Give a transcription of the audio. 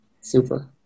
Super